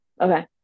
Okay